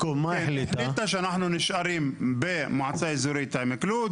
החליטה שאנחנו נשארים במועצה אזורית עמק לוד